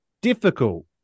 difficult